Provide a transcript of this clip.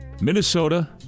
Minnesota